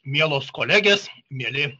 mielos kolegės mieli